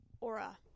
aura